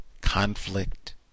conflict